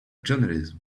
journalism